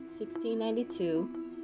1692